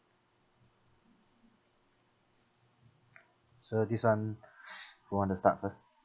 so this [one] who want to start first